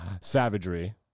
savagery